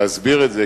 להסביר את זה,